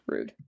Rude